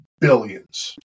billions